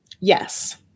Yes